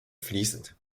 fließend